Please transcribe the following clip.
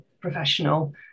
professional